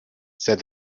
said